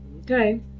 okay